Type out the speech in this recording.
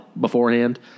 beforehand